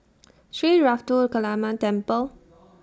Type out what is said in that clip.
Sri Ruthra Kaliamman Temple